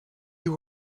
you